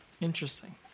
interesting